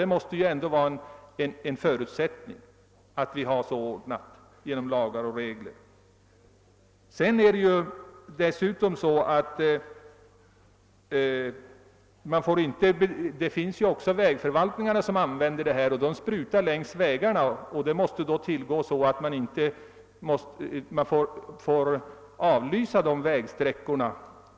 Det måste ändå vara en förutsättning att vi har sådana lagar och regler att den enskilde kan skyddas. Även vägförvaltningarna använder detta medel och sprutar ut det längs vägarna. I sådana fall bör man avlysa trafiken från de berörda vägsträckorna.